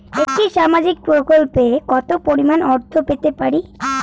একটি সামাজিক প্রকল্পে কতো পরিমাণ অর্থ পেতে পারি?